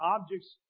objects